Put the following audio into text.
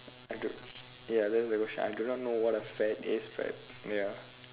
I don't ya I do not know what a fad is but ya